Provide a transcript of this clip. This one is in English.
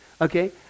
okay